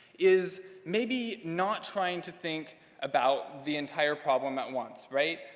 is maybe not trying to think about the entire problem at once, right?